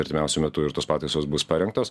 artimiausiu metu ir tos pataisos bus parengtos